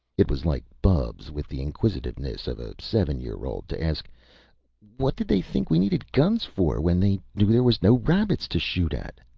it was like bubs, with the inquisitiveness of a seven-year-old, to ask what did they think we needed guns for, when they knew there was no rabbits to shoot at?